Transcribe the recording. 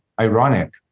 ironic